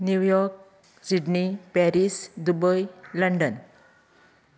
New York Sydney Paris Dubai London